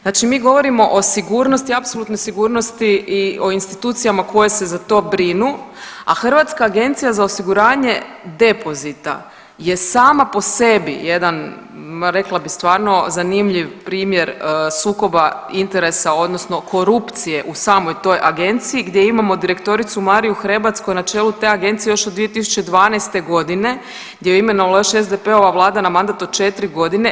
Znači mi govorimo o sigurnosti apsolutnoj sigurnosti i o institucijama koje se za to brinu, a Hrvatska agencije za osiguranje depozita je sama po sebi jedan rekla bih stvarno zanimljiv primjer sukoba interesa odnosno korupcije u samoj toj agenciji gdje imamo direktoricu Mariju Hrebac koja je na čelu te agencije još od 2012.g. gdje ju je imenovala još SDP-ova vlada na mandat od četiri godine.